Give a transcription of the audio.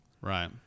Right